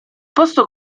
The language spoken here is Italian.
posto